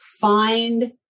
find